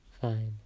fine